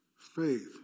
faith